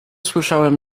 słyszałem